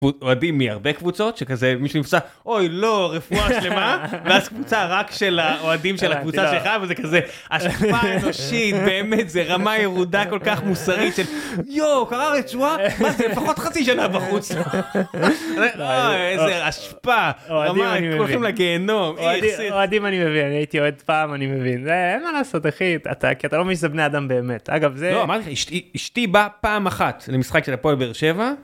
אוהדים מהרבה קבוצות, שכזה מישהו נפצע, אוי לא רפואה שלמה, ואז קבוצה רק של האוהדים של הקבוצה שלך וזה כזה, אשפה אנושית, באמת, זה רמה ירודה כל כך מוסרית של יואו! קרע רצועה? מה זה לפחות חצי שנה בחוץ. אוי איזה אשפה. אוהדים אני מבין. הייתי אוהד פעם, אני מבין. זה אין מה לעשות, אחי, כי אתה לא מבין שזה בני אדם באמת. אגב זה... אמרתי, אשתי באה פעם אחת למשחק של הפועל באר שבע.